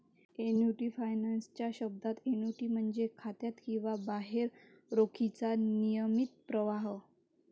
annuity finance च्या शब्दात, annuity म्हणजे खात्यात किंवा बाहेर रोखीचा नियमित प्रवाह